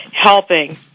helping